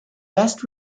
best